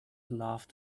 laughed